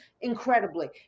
incredibly